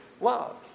love